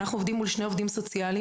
אנחנו עובדים מול שני עובדים סוציאליים,